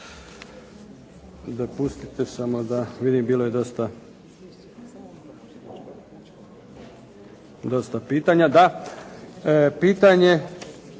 Dopustite samo da vidim, bilo je dosta pitanja. Pitanje